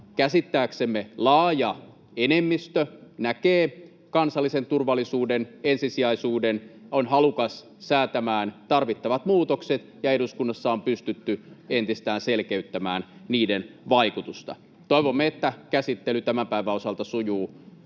käsittääksemme laaja enemmistö näkee kansallisen turvallisuuden ensisijaisuuden ja on halukas säätämään tarvittavat muutokset ja eduskunnassa on pystytty entisestään selkeyttämään niiden vaikutusta. Toivomme, että käsittely tämän päivän osalta sujuu